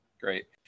Great